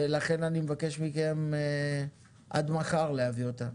ולכן אני מבקש מכם עד מחר להביא אותה.